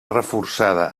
reforçada